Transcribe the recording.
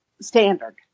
standard